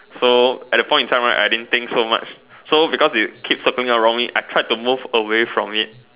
so at the point in time right I didn't think so much so because it keep circling around me I tried to move away from it